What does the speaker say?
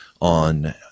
On